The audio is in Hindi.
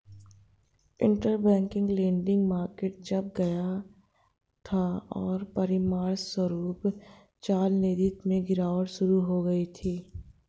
इंटरबैंक लेंडिंग मार्केट जम गया था, और परिणामस्वरूप चलनिधि में गिरावट शुरू हो गई थी